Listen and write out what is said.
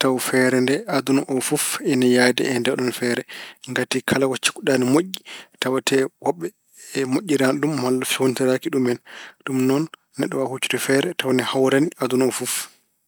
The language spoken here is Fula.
tawa feere nde aduna o fof ina yahdi e ndeeɗoon feere. Ngati kala ko cikkuɗa ina moƴƴi tawatee wonɓe moƴƴiraani ɗum malla feewnitoraaki ɗum en. Ɗum noon, neɗɗo waawaa hoccude feere tawa ine hawrani aduna o fof.